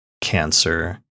Cancer